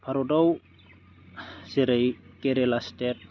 भारतआव जेरै केलेरा स्टेट